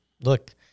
look